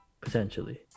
potentially